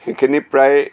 সেইখিনি প্ৰায়